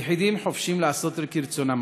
היחידים חופשיים לעשות כרצונם,